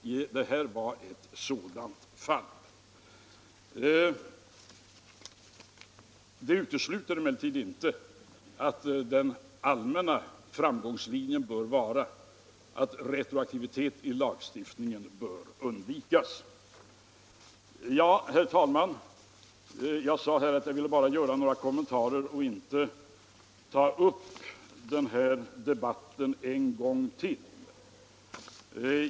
Och detta var just ett sådant fall. Men det utesluter inte att den allmänna framgångslinjen bör vara att retroaktivitet i lagstiftningen bör undvikas. Herr talman! Jag sade att jag bara skulle göra några kommentarer och inte dra upp debatten en gång till.